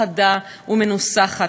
חדה ומנוסחת,